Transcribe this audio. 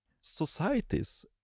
societies